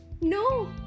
no